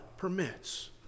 permits